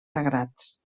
sagrats